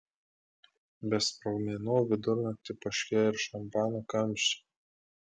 be sprogmenų vidurnaktį poškėjo ir šampano kamščiai